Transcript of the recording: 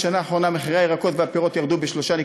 בשנה האחרונה ירדו מחירי הירקות והפירות ב-3.6%,